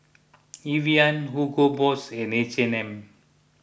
Evian Hugo Boss and H and M